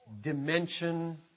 dimension